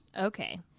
Okay